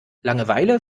langeweile